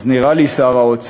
אז נראה לי, שר האוצר,